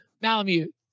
Malamute